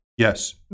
Yes